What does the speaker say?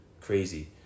crazy